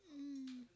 mm